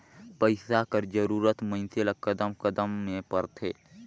पइसा कर जरूरत मइनसे ल कदम कदम में परथे